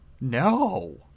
No